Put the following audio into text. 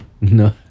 No